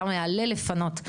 כמה יעלה לפנות,